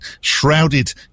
shrouded